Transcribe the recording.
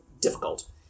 difficult